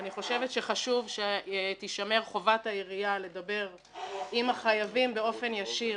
אני חושבת שחשוב שתישמר חובת העירייה לדבר עם החייבים באופן ישיר,